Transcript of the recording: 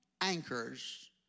anchors